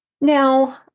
Now